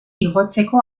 igotzeko